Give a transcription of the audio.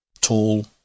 Tall